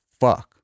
fuck